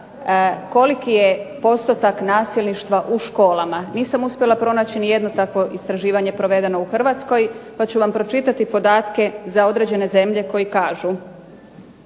koliki je postotak nasilništva u školama. Nisam uspjela pronaći nijedno takvo istraživanje provedeno u Hrvatskoj pa ću vam pročitati podatke za određene zemlje koji kažu